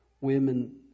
Women